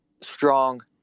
strong